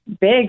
big